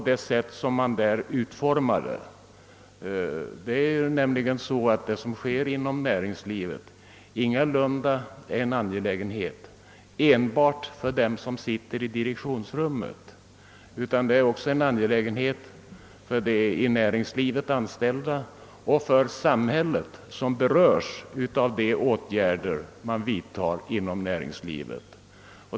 Det som sker inom företagen är nämligen ingalunda en angelägenhet endast för dem som sitter i direktionsrummen, utan det är också något som angår de i näringslivet anställda och den del av samhället som berörs av de åtgärder som vidtas inom näringslivet.